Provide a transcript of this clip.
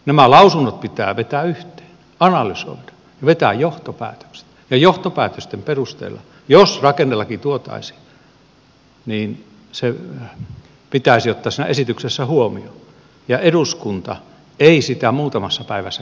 nämä lausunnot pitää vetää yhteen analysoida vetää johtopäätökset ja johtopäätösten perusteella jos rakennelaki tuotaisiin se pitäisi ottaa siinä esityksessä huomioon ja eduskunta ei sitä muutamassa päivässä käsittele